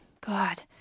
God